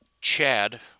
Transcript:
Chad